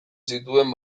zituen